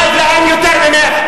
אני דואג להם יותר ממך.